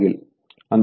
అందుకే 36